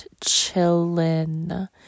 chillin